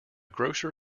grocer